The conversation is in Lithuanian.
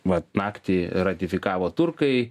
vat naktį ratifikavo turkai